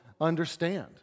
understand